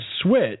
switch